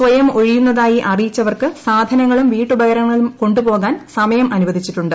സ്വയം ഒഴിയുന്നതായി അറിയിച്ചവർക്ക് സാധനങ്ങളും വീട്ടുപകരണങ്ങളും കൊണ്ടുപോകാൻ സമയം അനുവദിച്ചിട്ടുണ്ട്